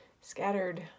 Scattered